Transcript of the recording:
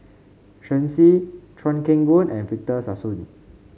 Shen Xi Chuan Keng Boon and Victor Sassoon